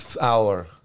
Hour